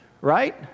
right